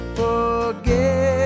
forget